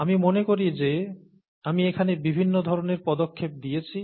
আমি মনে করি যে আমি এখানে বিভিন্ন ধরণের পদক্ষেপ দিয়েছি